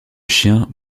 chien